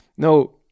No